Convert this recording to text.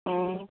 অঁ